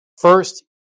First